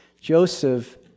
Joseph